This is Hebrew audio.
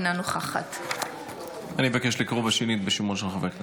אינה נוכחת אני מבקש לקרוא בשנית בשמות חברי הכנסת,